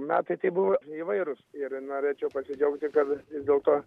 metai tai buvo įvairūs ir norėčiau pasidžiaugti kad vis dėlto